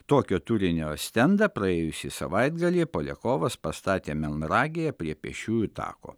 tokio turinio stendą praėjusį savaitgalį poliakovas pastatė melnragėje prie pėsčiųjų tako